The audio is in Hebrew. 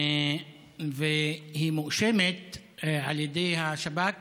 והיא מואשמת על ידי השב"כ